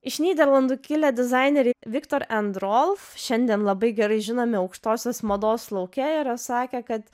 iš nyderlandų kilę dizaineriai viktor end rol šiandien labai gerai žinomi aukštosios mados lauke yra sakę kad